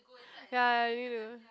ya you need to